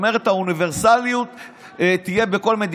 זאת אומרת,